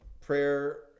prayer